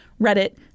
Reddit